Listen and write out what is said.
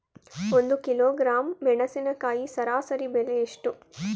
ಒಂದು ಕಿಲೋಗ್ರಾಂ ಮೆಣಸಿನಕಾಯಿ ಸರಾಸರಿ ಬೆಲೆ ಎಷ್ಟು?